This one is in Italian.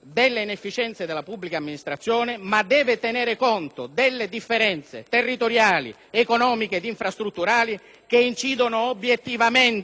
delle inefficienze della pubblica amministrazione e tenere conto delle differenze territoriali, economiche ed infrastrutturali che incidono obiettivamente sui costi sopportati dalle imprese e dalla pubblica amministrazione.